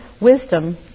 wisdom